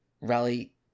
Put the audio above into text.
Rally